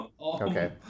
Okay